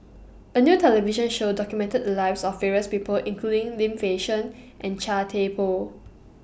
A New television Show documented The Lives of various People including Lim Fei Shen and Chia Thye Poh